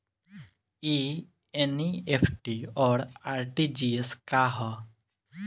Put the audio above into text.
ई एन.ई.एफ.टी और आर.टी.जी.एस का ह?